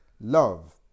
love